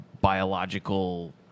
biological